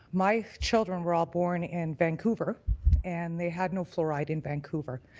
my children were all born in vancouver and they had no fluoride in vancouver.